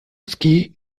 ski